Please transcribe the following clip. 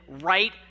right